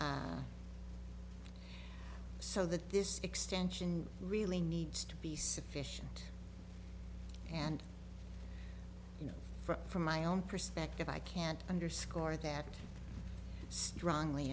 so that this extension really needs to be sufficient and you know from my own perspective i can't underscore that strongly